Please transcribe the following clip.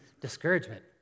Discouragement